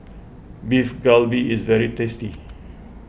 Beef Galbi is very tasty